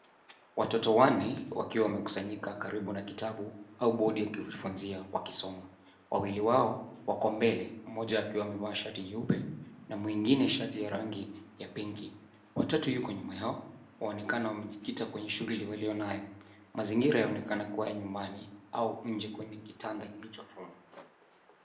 Watoto wanne wakiwa wamekusanyika karibu na kitabu au bodi ya kujifunzia wakisoma. Wawili wao wako mbele, mmoja akiwa amevaa shati nyeupe na mwingine shati ya rangi ya pinki. Wa tatu yuko nyuma yao, waonekana wamejikita kwenye shughuli waliyo nayo. Mazingira yanaonekana kuwa nyumbani au nje kwenye kitanda kilichofumwa.